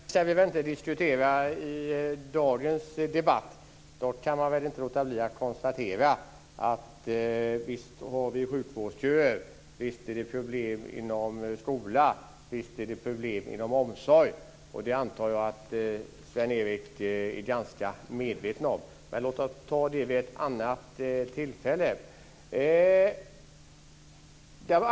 Herr talman! Vi ska väl inte diskutera välfärden i dagens debatt. Jag kan dock inte låta bli att konstatera att vi har sjukvårdsköer och problem i skolan och omsorgen. Jag antar att Sven-Erik Österberg är ganska medveten om det. Men låt oss diskutera det vid ett annat tillfälle!